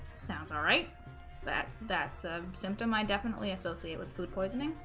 sounds all right that that's a symptom i definitely associate with food poisoning